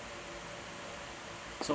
so